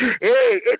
Hey